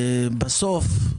בסוף,